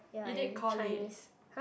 ya and Chinese !huh!